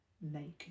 naked